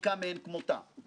נתונה להם מקרב לב.